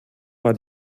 war